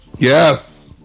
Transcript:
yes